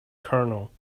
colonel